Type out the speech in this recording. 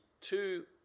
two